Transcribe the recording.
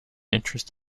interest